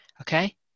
Okay